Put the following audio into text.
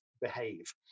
behave